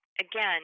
again